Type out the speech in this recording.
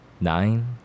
nine